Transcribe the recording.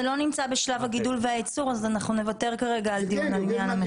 זה לא נמצא בשלב הגידול והייצור אז נוותר כרגע על דיון בעניין המחיר.